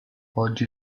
oggi